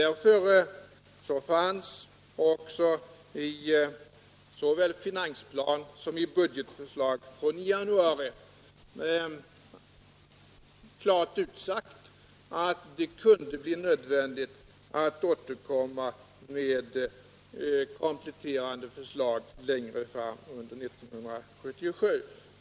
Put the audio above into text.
Därför fanns också i såväl finansplan som budget från januari klart utsagt att det kunde bli nödvändigt att återkomma med kompletterande förslag längre fram under 1977.